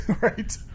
right